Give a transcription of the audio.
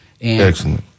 excellent